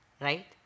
right